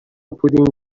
پودینگ